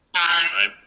aye.